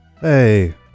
Hey